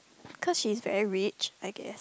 cause she is very rich I guess